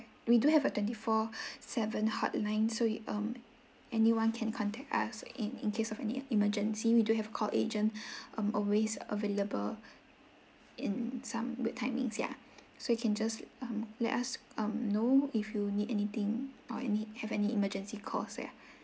we do have a twenty four seven hotline so um anyone can contact us in in case of any emergency we do have call agent um always available in some bad timing yeah so you can just um let us um know if you need anything or any have any emergency call so yeah